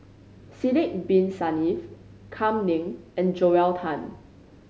Sidek Bin Saniff Kam Ning and Joel Tan